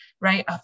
right